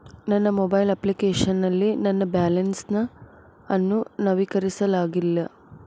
ನನ್ನ mobile application ನಲ್ಲಿ ನನ್ನ ಬ್ಯಾಲೆನ್ಸ್ ಅನ್ನು ನವೀಕರಿಸಲಾಗಿಲ್ಲ